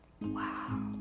Wow